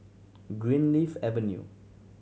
Greenleaf Avenue